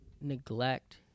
neglect